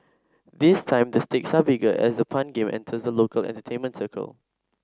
this time the stakes are bigger as the pun game enters the local entertainment circle